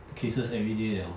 cases everyday 了